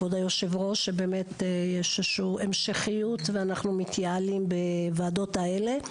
כבוד היושב-ראש שיש המשכיות ואנחנו מתייעלים בוועדות האלה.